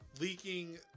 leaking